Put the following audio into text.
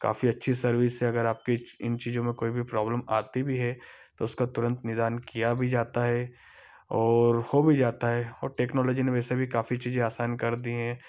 काफ़ी अच्छी सर्विस है अगर आपकी इन चीजों में कोई भी प्रॉब्लम आती भी है तो उसका तुरंत निदान किया भी जाता है और हो भी जाता है और टेक्नोलॉजी ने वैसे भी काफी चीजे आसान कर दी हैं